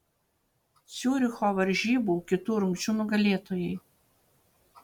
ciuricho varžybų kitų rungčių nugalėtojai